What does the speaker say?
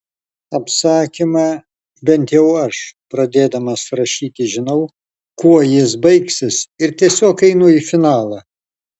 apsakyme bent jau aš pradėdamas rašyti žinau kuo jis baigsis ir tiesiog einu į finalą